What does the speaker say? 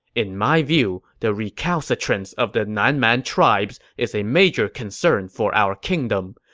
in my view, the recalcitrance of the nan man tribes is a major concern for our kingdom.